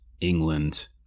England